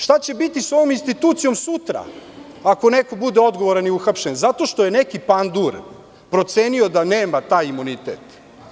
Šta će biti sa ovom institucijom sutra, ako neko bude odgovoran i uhapšen, zato što je neki pandur procenio da nema taj imunitet?